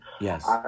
Yes